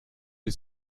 ils